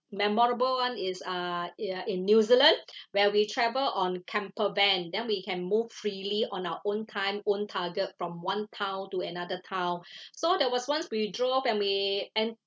memorable one is uh it uh in new zealand where we travel on camper van then we can move freely on our own time own target from one town to another town so there was once we drove from the